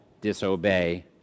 disobey